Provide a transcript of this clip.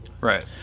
Right